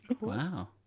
Wow